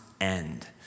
end